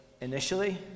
initially